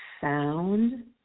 sound